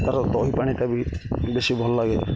ତା'ର ଦହି ପାଣିଟା ବି ବେଶୀ ଭଲ ଲାଗେ